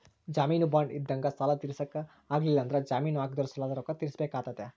ಜಾಮೀನು ಬಾಂಡ್ ಇದ್ದಂಗ ಸಾಲ ತೀರ್ಸಕ ಆಗ್ಲಿಲ್ಲಂದ್ರ ಜಾಮೀನು ಹಾಕಿದೊರು ಸಾಲದ ರೊಕ್ಕ ತೀರ್ಸಬೆಕಾತತೆ